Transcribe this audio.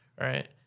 right